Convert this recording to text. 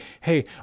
hey